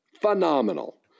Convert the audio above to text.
Phenomenal